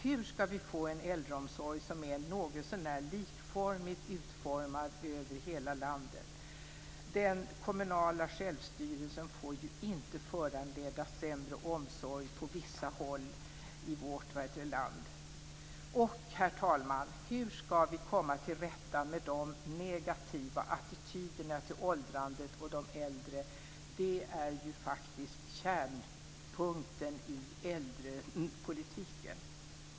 Hur ska vi få en äldreomsorg som är någotsånär lika utformad över hela landet? Den kommunala självstyrelsen får ju inte föranleda sämre omsorg på vissa håll i vårt land. Och, herr talman, hur vi ska komma till rätta med de negativa attityderna till åldrandet och de äldre är faktiskt kärnpunkten i äldrepolitiken.